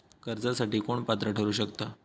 कर्जासाठी कोण पात्र ठरु शकता?